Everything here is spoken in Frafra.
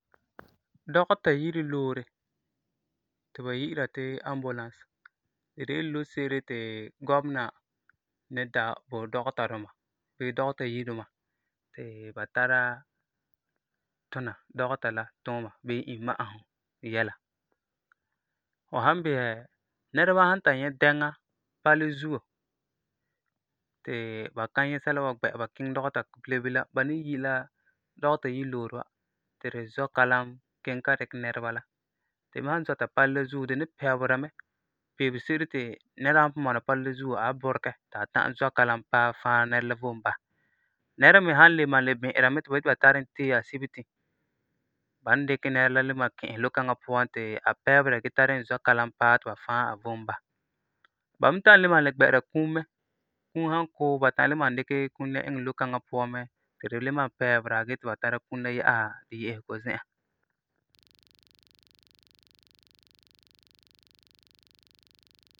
Dɔgeta yire loore ti ba yi'ira ti Ambulance. Di de la lo-se'ere ti gɔmena ni da bo dɔgeta duma bii dɔgeta yire duma ti ba tara tuna dɔgeta la tuuma bii imma'asum yɛla. Fu san bisɛ nɛreba san ta nyɛ dɛŋa palɛ zuo ti ba ka nyɛ sɛla n wan gbɛ'a ba kiŋɛ dɔgeta bilam ba ni yi dɔgeta yire loore wa ti di zɔ kalam kiŋɛ ta dikɛ nɛreba la, di me san zɔta palɛ la zuo di ni pɛɛbera mɛ, peebe-se'ere ti nɛra san pugum bɔna palɛ la zuo a wan buregɛ ti a ta'am zɔ kaam paɛ faɛ nɛra la vom basɛ. Nɛra me san le bi'ira mɛ ti ba yeti ba tari e tee assibitin, ba ni dikɛ nɛra le ki'isɛ lo-kaŋa puan ti a pɛɛbera gee tari zɔ kalam paɛ ti ba faɛ a vom basɛ. Ba me tari e le gbɛ'ɛra kum mɛ. Kum san ku ba ta'am le malum dikɛ kum la iŋɛ lo-kaŋa puan ti di le malum pɛɛbera gee ti ba tara kum la yɛ'ɛsera di ye'esego zi'an.